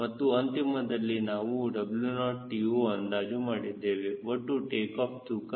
ಮತ್ತು ಅಂತಿಮದಲ್ಲಿ ನಾವು TO ಅಂದಾಜು ಮಾಡಿದ್ದೇವೆ ಒಟ್ಟು ಟೇಕಾಫ್ ತೂಕ